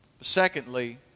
Secondly